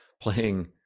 playing